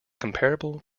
comparable